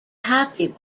happy